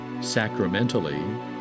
sacramentally